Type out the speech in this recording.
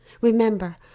Remember